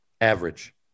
average